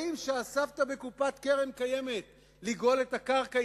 האם כשאספת בקופת קרן קיימת לגאול את הקרקע,